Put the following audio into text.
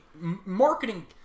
marketing